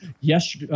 Yes